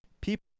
people